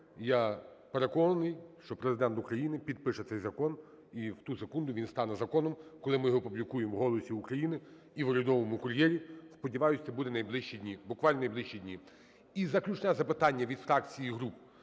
я переконаний, що Президент України підпише цей закон, і в ту секунду він стане законом, коли ми опублікуємо в "Голосі України" і в "Урядовому кур’єрі". Сподіваюсь, це буде найближчі дні, буквально найближчі дні. І заключне запитання від фракції груп